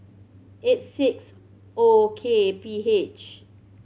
eight six O K P H